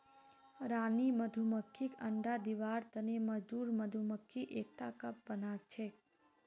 रानी मधुमक्खीक अंडा दिबार तने मजदूर मधुमक्खी एकटा कप बनाछेक